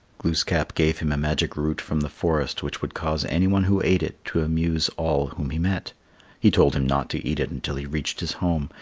glooskap gave him a magic root from the forest which would cause anyone who ate it to amuse all whom he met he told him not to eat it until he reached his home,